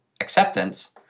acceptance